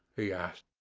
he asked.